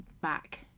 back